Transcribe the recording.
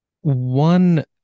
One